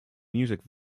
music